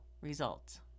results